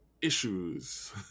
issues